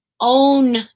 Own